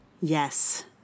Yes